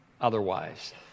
otherwise